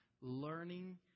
Learning